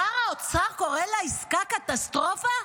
שר האוצר קורא לעסקה "קטסטרופה"?